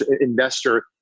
investor